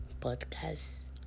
podcast